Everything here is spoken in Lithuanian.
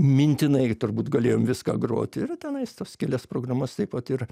mintinai turbūt galėjom viską grot ir tenais tas kelias programas taip vat ir